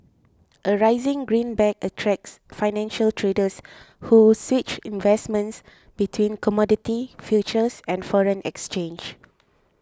a rising greenback attracts financial traders who switch investments between commodity futures and foreign exchange